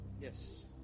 yes